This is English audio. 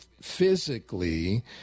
physically